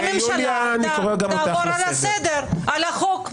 שהממשלה תעבור על החוק,